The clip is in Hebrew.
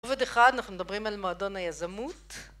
ועוד אחד אנחנו מדברים על מועדון היזמות